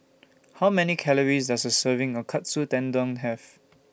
How Many Calories Does A Serving of Katsu Tendon Have